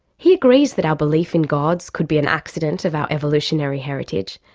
he agrees that our belief in gods could be an accident of our evolutionary heritage,